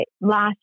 last